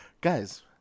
Guys